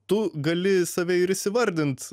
tu gali save ir įsivardint